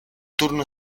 turno